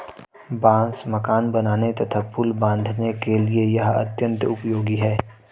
बांस मकान बनाने तथा पुल बाँधने के लिए यह अत्यंत उपयोगी है